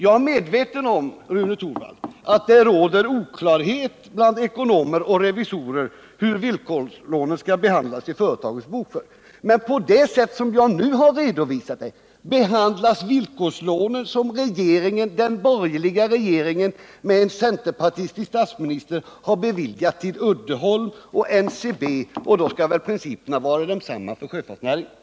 Jag är, Rune Torwald, medveten om att det bland ekonomer och revisorer råder okunnighet om hur villkorslånen skall behandlas i företagens bokföring. Men på det sätt som jag nu har redovisat behandlas de villkorslån som den borgerliga regeringen med en centerpartistisk statsminister har beviljat Uddeholm och NCB, och då skall väl principerna vara desamma för sjöfartsnäringen.